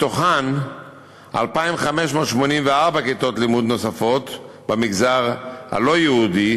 מתוכן 2,584 כיתות לימוד נוספות במגזר הלא-יהודי,